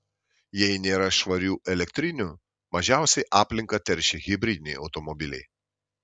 jei nėra švarių elektrinių mažiausiai aplinką teršia hibridiniai automobiliai